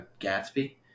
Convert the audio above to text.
Gatsby